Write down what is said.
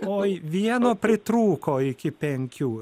oi vieno pritrūko iki penkių